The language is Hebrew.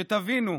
שתבינו.